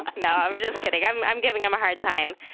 no, i'm just kidding. i'm i'm giving them a hard time.